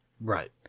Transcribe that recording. Right